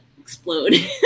explode